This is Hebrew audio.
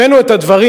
הבאנו את הדברים,